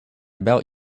about